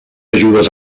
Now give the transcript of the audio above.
ajudes